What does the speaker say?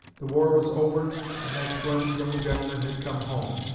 the war was over and that splendid young gentleman had come home,